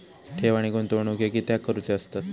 ठेव आणि गुंतवणूक हे कित्याक करुचे असतत?